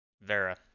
Vera